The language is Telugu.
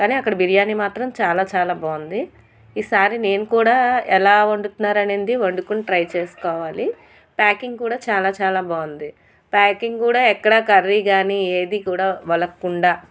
కానీ అక్కడ బిర్యానీ మాత్రం చాలా చాలా బాగుంది ఈసారి నేను కూడా ఎలా వండుతున్నారు అన్నది వండుకొని ట్రై చేసుకోవాలి ప్యాకింగ్ కూడా చాలా చాలా బాగుంది ప్యాకింగ్ కూడా ఎక్కడా కర్రీ కానీ ఏది కూడా వలక్కుండా